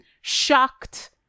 shocked